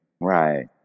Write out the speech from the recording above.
right